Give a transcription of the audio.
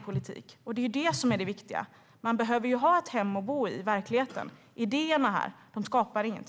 Ute i verkligheten är det viktiga att man får ett hem att bo i. Idéerna här skapar inget.